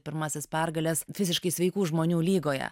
pirmąsias pergales fiziškai sveikų žmonių lygoje